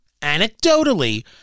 Anecdotally